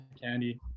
candy